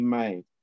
made